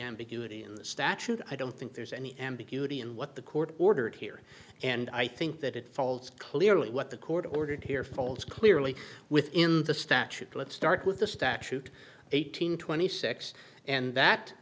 ambiguity in the statute i don't think there's any ambiguity in what the court ordered here and i think that it falls clearly what the court ordered here falls clearly within the statute let's start with the statute eight hundred twenty six and that